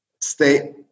stay